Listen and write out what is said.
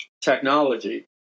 technology